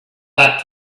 that